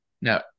No